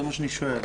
זה מה שאני שואל.